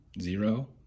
zero